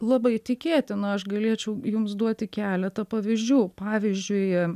labai tikėtina aš galėčiau jums duoti keletą pavyzdžių pavyzdžiui